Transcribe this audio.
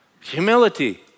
humility